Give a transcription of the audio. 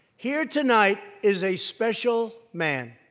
here tonight is a special man,